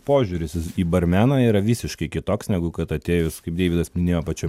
požiūris į barmeną yra visiškai kitoks negu kad atėjus kaip deividas minėjo pačiom